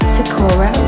Sakura